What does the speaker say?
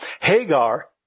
Hagar